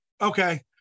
Okay